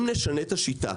אם נשנה את השיטה,